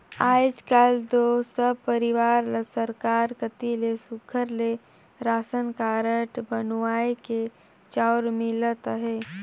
आएज काएल दो सब परिवार ल सरकार कती ले सुग्घर ले रासन कारड बनुवाए के चाँउर मिलत अहे